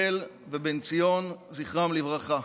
ובן-ציון, זכרם לברכה,